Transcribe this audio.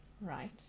Right